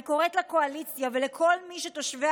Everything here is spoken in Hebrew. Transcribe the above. אני קוראת לקואליציה ולכל מי שתושבי